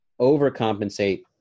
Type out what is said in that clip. overcompensate